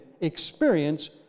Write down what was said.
experience